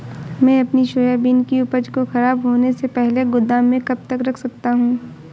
मैं अपनी सोयाबीन की उपज को ख़राब होने से पहले गोदाम में कब तक रख सकता हूँ?